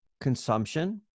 consumption